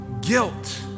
Guilt